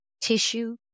tissue